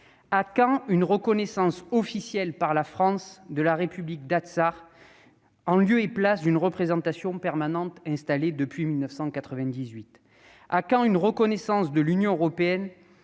À quand une reconnaissance officielle par la France de la république d'Artsakh, en lieu et place de la représentation permanente installée en 1998 ? À quand une reconnaissance par l'Union européenne,